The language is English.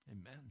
Amen